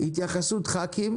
התייחסות ח"כים